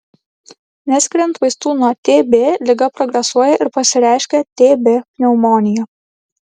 neskiriant vaistų nuo tb liga progresuoja ir pasireiškia tb pneumonija